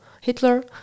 Hitler